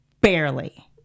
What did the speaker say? barely